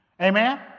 Amen